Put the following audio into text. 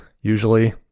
usually